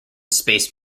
space